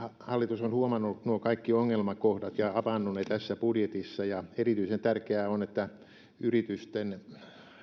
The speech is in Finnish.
hallitus on huomannut nuo kaikki ongelmakohdat ja avannut ne tässä budjetissa ja erityisen tärkeää on että yritysten